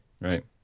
right